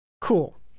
Cool